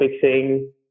fixing